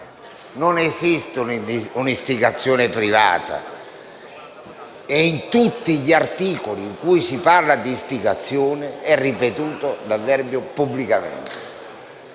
non esiste un'istigazione privata e in tutti gli articoli in cui si parla di istigazione è ripetuto l'avverbio «pubblicamente».